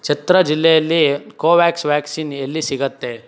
ಚತ್ರಾ ಜಿಲ್ಲೆಯಲ್ಲಿ Covax vaccine ಎಲ್ಲಿ ಸಿಗುತ್ತೆ